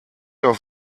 auf